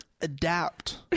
Adapt